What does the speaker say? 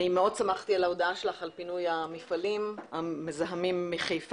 אני מאוד שמחתי על ההודעה שלך על פינוי המפעלים המזהמים מחיפה.